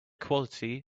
quality